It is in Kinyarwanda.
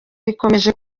rikomeje